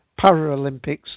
Paralympics